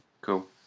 Cool